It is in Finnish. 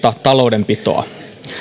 taloudenpitoa